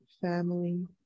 family